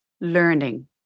learning